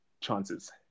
chances